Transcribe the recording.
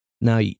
now